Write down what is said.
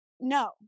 no